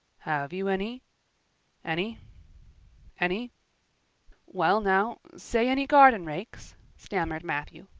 have you any any any well now, say any garden rakes? stammered matthew.